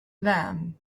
them